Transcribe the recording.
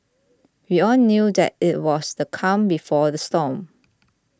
we all knew that it was the calm before the storm